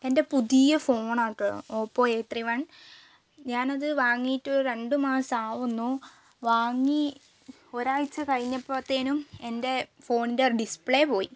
എന്റെ പുതിയ ഫോണാണ് കേട്ടോ ഓപ്പോ എയിറ്റ് ത്രീ വൺ ഞാനത് വാങ്ങിയിട്ട് ഒര് രണ്ടുമാസം ആവുന്നു വാങ്ങി ഒരാഴ്ച്ച കഴിഞ്ഞപ്പോഴത്തേക്കും എന്റെ ഫോണിന്റെ ഡിസ്പ്ലേ പോയി